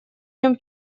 нем